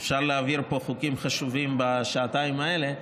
ואפשר להעביר פה חוקים חשובים בשעתיים האלה.